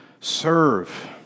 serve